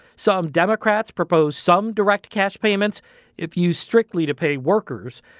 some democrats propose some direct cash payments if used strictly to pay workers.